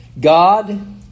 God